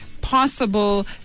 possible